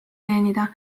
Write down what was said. teenida